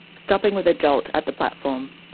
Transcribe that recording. stopping with a jolt at the platform.